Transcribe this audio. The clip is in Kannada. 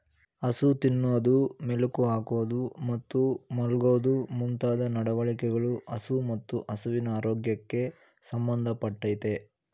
ಹಸು ತಿನ್ನೋದು ಮೆಲುಕು ಹಾಕೋದು ಮತ್ತು ಮಲ್ಗೋದು ಮುಂತಾದ ನಡವಳಿಕೆಗಳು ಹಸು ಮತ್ತು ಹಸುವಿನ ಆರೋಗ್ಯಕ್ಕೆ ಸಂಬಂಧ ಪಟ್ಟಯ್ತೆ